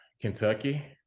Kentucky